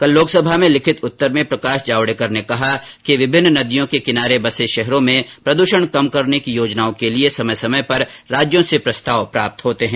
कल लोकसभा में लिखित उत्तर में प्रकाश जावडेकर ने कहा कि विभिन्न नदियों के किनारे बसे शहरों में प्रद्वषण कम करने की योजनाओं के लिए समय समय पर राज्यों से प्रस्ताव प्राप्त होते हैं